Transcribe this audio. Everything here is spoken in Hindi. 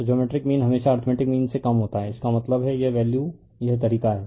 तो जियोमेट्रिक मीन हमेशा अर्थमेटिक मीन से कम होता है इसका मतलब है यह वैल्यू यह तरीका है